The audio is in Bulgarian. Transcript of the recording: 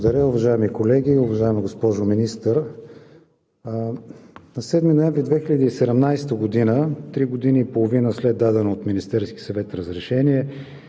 Благодаря. Уважаеми колеги! Уважаема госпожо Министър, на 7 ноември 2017 г. – три години и половина след дадено от Министерския съвет разрешение